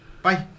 Bye